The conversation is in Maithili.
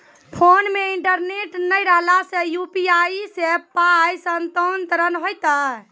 फोन मे इंटरनेट नै रहला सॅ, यु.पी.आई सॅ पाय स्थानांतरण हेतै?